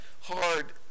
hard